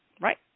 right